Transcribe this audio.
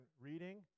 reading